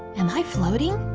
am i floating?